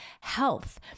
health